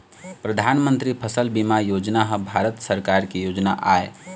परधानमंतरी फसल बीमा योजना ह भारत सरकार के योजना आय